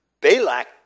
Balak